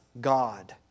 God